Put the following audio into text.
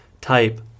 type